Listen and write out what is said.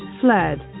fled